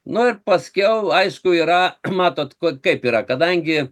na ir paskiau aišku yra matote ko kaip yra kadangi